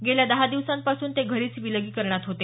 गेल्या दहा दिवसांपासून ते घरीच विलगीकरणात होते